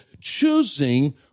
choosing